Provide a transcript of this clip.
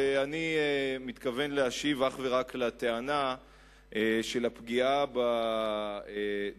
ואני מתכוון להשיב אך ורק על הטענה של הפגיעה בדמוקרטיה,